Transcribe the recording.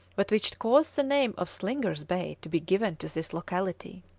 but which caused the name of slingers' bay to be given to this locality.